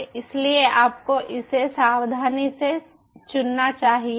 इसलिए आपको इसे सावधानी से चुनना चाहिए